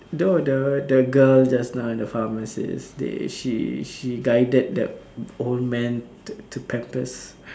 no the the girl just now at the pharmacies they she she guided the old man to to pampers